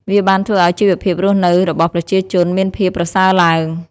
វាបានធ្វើឲ្យជីវភាពរស់នៅរបស់ប្រជាជនមានភាពប្រសើរឡើង។